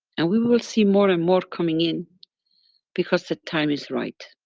and we will see more and more coming in because the time is right.